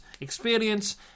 Experience